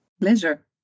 Pleasure